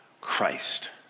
Christ